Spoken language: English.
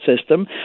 system